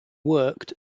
worked